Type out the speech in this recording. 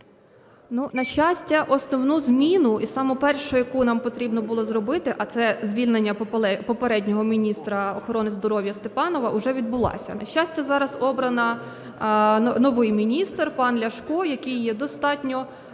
На щастя, основна зміна і сама перша, яку нам потрібно було зробити, а це звільнення попереднього міністра охорони здоров'я Степанова, уже відбулася. На щастя, зараз обраний новий міністр – пан Ляшко, який є достатньо